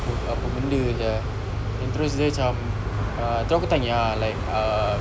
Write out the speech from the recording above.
apa benda sia then terus dia macam ah terus aku tanya ah like uh